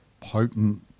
potent